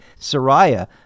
Sariah